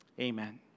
amen